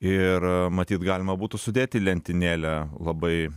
ir matyt galima būtų sudėt į lentynėlę labai